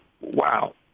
wow